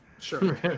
Sure